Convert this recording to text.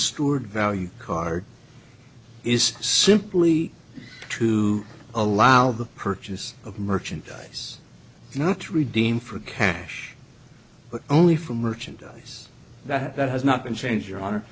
steward value card is simply to allow the purchase of merchandise not to redeem for cash but only for merchandise that has not been changed your honor